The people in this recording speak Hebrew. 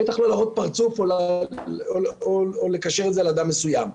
בטח לא להראות פרצוף או לקשר את זה לאדם מסוים.